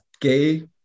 gay